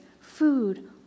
food